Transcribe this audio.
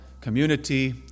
community